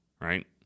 right